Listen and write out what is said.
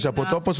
מי נמנע?